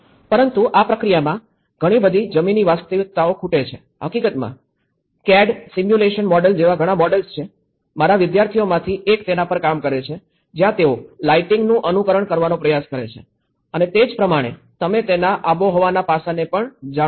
પરંતુ આ પ્રક્રિયામાં ઘણી બધી જમીની વાસ્તવિકતાઓ ખૂટે છે હકીકતમાં સીએડી સિમ્યુલેશન મોડેલ જેવા ઘણા મોડેલ્સ છે મારા વિદ્યાર્થીઓમાંથી એક તેના પર કામ કરે છે જ્યાં તેઓ લાઇટિંગનું અનુકરણ કરવાનો પ્રયાસ કરે છે અને તે જ પ્રમાણે તમે તેના આબોહવાના પાસાને પણ જાણો છો